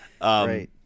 Right